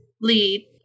lead